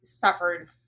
suffered